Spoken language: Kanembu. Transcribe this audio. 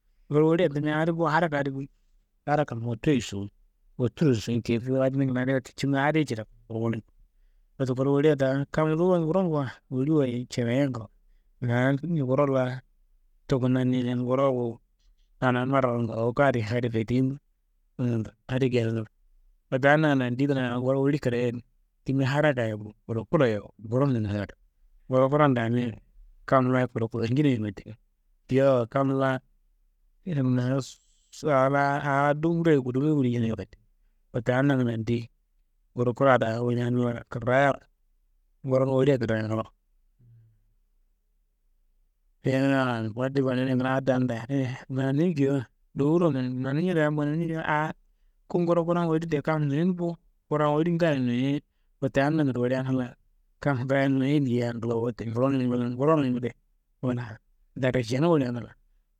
Nguro wolian timia adi bo, haraka adi bo, haraka motoyeso, uturyeso ekeyi bo, adi nangando adi wote kicinga adi cidaku. Wote nguro wolia daa, kam duwuye nguronguwa woli wayi cirayiya ngla wo. Ma nguro laa tuku naniyinia nguro wowu, anaa marwayi ngurowuka di adi fayideyi bo, hum nangando adi geyiro. Wote adi nangando, yendi kuna awo nguro woli kreye adi, timia haraka ye bo, kulokulo ye bo, nguro kuran damia kam laayi kulokulo njina ye fandimi, yowo kam laa «hesitation» aa laa aa dumburoye gudomi gulnjinaye kadaa. Wotte adi nangando, yendi nguro kura daa woleana laa krayiyaro, nguronum wolia krayiya ngla wo. Yahaa manande manawunea kuna adi daan dayina ye, mananimi geyiwa, nduwuroye mananimi, mananimia daa mananiminuwa aa ku nguro kura n woli n tea kam noyinu bo, kura n woli n ngaayo noyiye, wote adi nangando woleana laa kamma ngaayo noyi dia ngla wo, wote ngurombe wala, darajenu waleana laa.